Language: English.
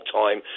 time